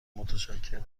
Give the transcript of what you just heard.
متشکرم